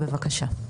בבקשה.